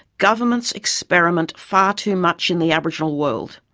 governments experiment far too much in the aboriginal world.